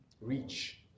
Reach